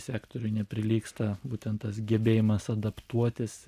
sektoriui neprilygsta būtent tas gebėjimas adaptuotis